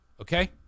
Okay